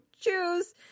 choose